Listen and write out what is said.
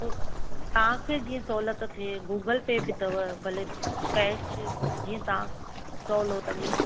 तव्हां खे जीअं सहूलियत थिए गूगल पे बि अथव भले कैश जीअं तव्हां सहुलो लॻे